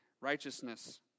Righteousness